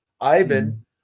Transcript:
Ivan